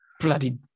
Bloody